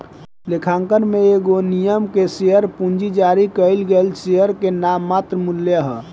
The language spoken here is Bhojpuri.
लेखांकन में एगो निगम के शेयर पूंजी जारी कईल गईल शेयर के नाममात्र मूल्य ह